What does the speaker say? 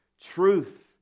truth